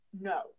no